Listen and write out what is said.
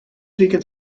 weekend